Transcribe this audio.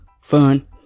fun